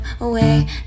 away